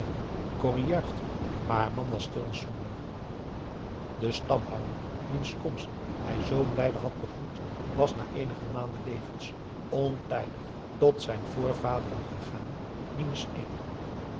corrie juichte maar haar man was stil en somber de stamhouder wiens komst hij zoo blijde had begroet was na eenige maanden levens ontijdig tot zijn voorvaderen gegaan